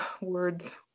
words